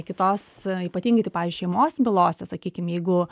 kitos ypatingai tai pavyzdžiui šeimos bylose sakykim jeigu